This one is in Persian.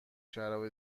شراب